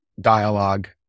dialogue